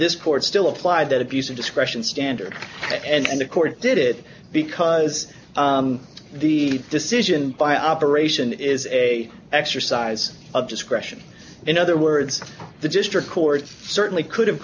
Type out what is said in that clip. his court still applied that abuse of discretion standard and the court did it because the decision by operation is a exercise of discretion in other words the district court certainly could have